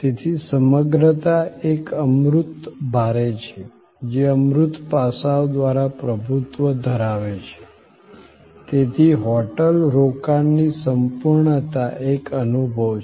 તેથી સમગ્રતા એક અમૂર્ત ભારે છે જે અમૂર્ત પાસાઓ દ્વારા પ્રભુત્વ ધરાવે છે તેથી હોટેલ રોકાણની સંપૂર્ણતા એક અનુભવ છે